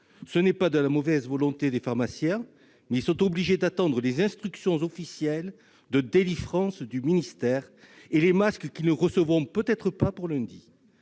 Ce n'est pas de la mauvaise volonté des pharmaciens. Ils sont obligés d'attendre les instructions officielles de délivrance du ministère et les masques qu'ils ne recevront peut-être pas pour lundi.